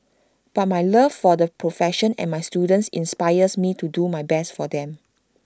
but my love for the profession and my students inspires me to do my best for them